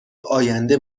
آینده